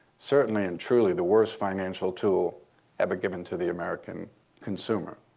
certainly and truly the worst financial tool ever given to the american consumer.